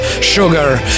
Sugar